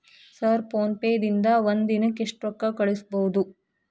Sir PhonePe ದಿಂದ ಒಂದು ದಿನಕ್ಕೆ ಎಷ್ಟು ರೊಕ್ಕಾ ಕಳಿಸಬಹುದು?